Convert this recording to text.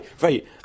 right